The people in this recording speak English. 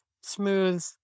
smooth